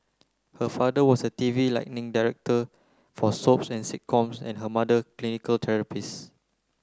her father was a T V lighting director for soaps and sitcoms and her mother clinical therapist